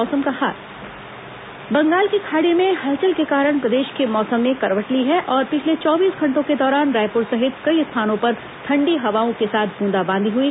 मौसम बंगाल की खाड़ी में हलचल के कारण प्रदेश के मौसम ने करवट ली है और पिछले चौबीस घंटों के दौरान रायपुर सहित कई स्थानों पर ठंडी हवाओं के साथ बूंदाबांदी हुई